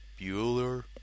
Bueller